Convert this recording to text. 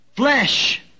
...flesh